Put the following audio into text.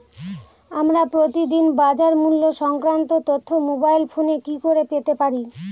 আমরা প্রতিদিন বাজার মূল্য সংক্রান্ত তথ্য মোবাইল ফোনে কি করে পেতে পারি?